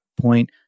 point